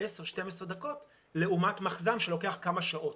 12-10 דקות, לעומת מחז"מ שלוקח כמה שעות.